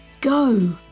Go